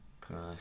Christ